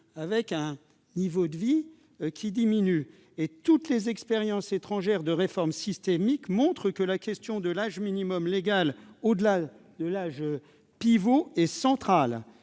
le niveau de vie des retraités. Toutes les expériences étrangères de réforme systémique le montrent, la question de l'âge minimum légal, au-delà de l'âge pivot, est centrale.